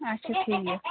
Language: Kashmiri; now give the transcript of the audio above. اَچھا ٹھیٖک